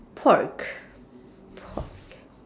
pork pork